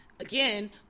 Again